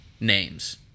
names